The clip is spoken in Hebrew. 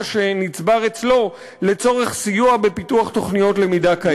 שנצבר אצלו לצורך סיוע בפיתוח תוכניות למידה כאלה?